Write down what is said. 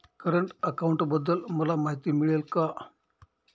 Current अकाउंटबद्दल मला माहिती मिळेल का?